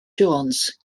jones